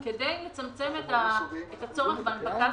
כדי לצמצם את הצורך בהנפקה,